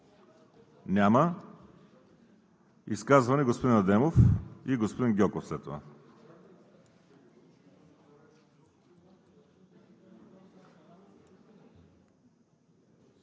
Няма. Изказване? Господин Адемов и господин Гьоков след това.